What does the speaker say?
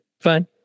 fine